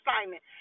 assignment